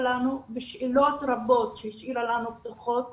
לנו ושאלות רבות שהשאירה לנו פתוחות